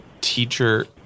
teacher